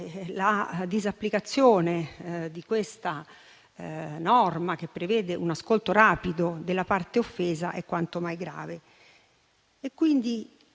La disapplicazione di questa norma, che prevede un ascolto rapido della parte offesa, è quanto mai grave.